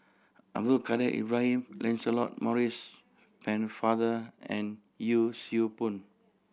Abdul Kadir Ibrahim Lancelot Maurice Pennefather and Yee Siew Pun